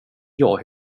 jag